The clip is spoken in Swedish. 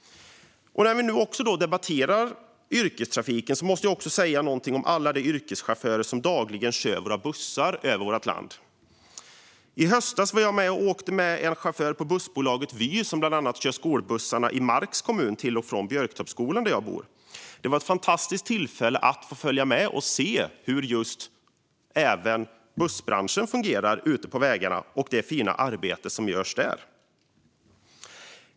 När vi debatterar yrkestrafiken måste jag också säga något om alla de yrkeschaufförer som dagligen kör bussar över vårt land. I höstas åkte jag med en chaufför på bussbolaget Vy, som bland annat kör skolbussarna i Marks kommun, där jag bor, till och från Björketorpskolan. Det var ett fantastiskt tillfälle att få följa med och se hur just bussbranschen fungerar ute på vägarna och ta del av det fina arbete som görs där.